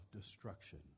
destruction